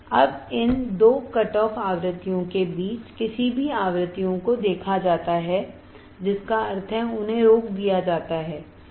अब इन दो कटऑफ आवृत्तियों के बीच किसी भी आवृत्तियों को देखा जाता है जिसका अर्थ है उन्हें रोक दिया जाता है